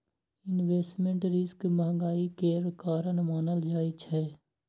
investment risk महंगाई केर कारण मानल जाइ छै